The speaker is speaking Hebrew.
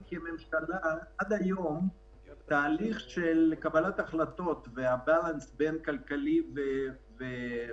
עד היום התהליך של קבלת ההחלטות והאיזון בין הצד הכלכלי לבריאותי